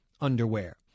underwear